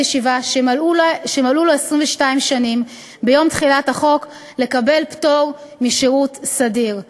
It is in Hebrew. ישיבה שמלאו לו 22 שנים ביום תחילת החוק לקבל פטור משירות סדיר.